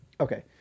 Okay